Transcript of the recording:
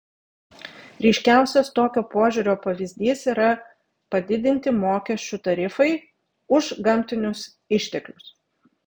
ryškiausias tokio požiūrio pavyzdys yra padidinti mokesčių tarifai už gamtinius išteklius